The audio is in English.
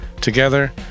Together